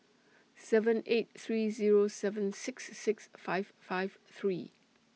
seven eight three Zero seven six six five five three